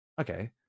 okay